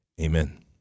Amen